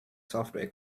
software